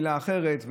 מילה אחרת,